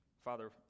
Father